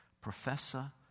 Professor